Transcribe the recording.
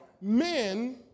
Men